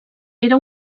era